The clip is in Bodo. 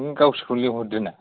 गावसोरखौनो लेंहरदोना